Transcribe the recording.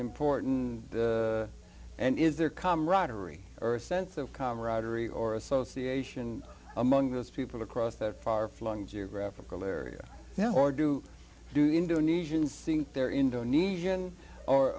important and is their camaraderie or a sense of camaraderie or association among those people across the far flung geographical area now or do do indonesians think they're indonesian or